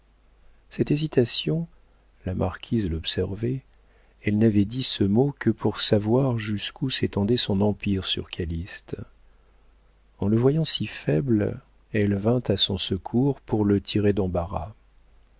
cette hésitation la marquise l'observait elle n'avait dit ce mot que pour savoir jusqu'où s'étendait son empire sur calyste en le voyant si faible elle vint à son secours pour le tirer d'embarras